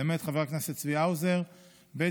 למעט חבר הכנסת צבי האוזר, ב.